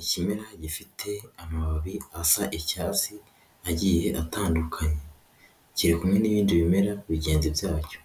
Ikimera gifite amababi asa icyatsi agiye atandukanye, kiri kumwe n'ibindi bimera bigenzi byacyo,